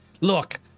Look